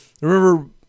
remember